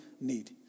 need